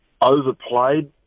overplayed